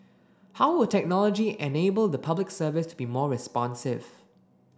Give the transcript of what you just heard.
how will technology enable the Public Service to be more responsive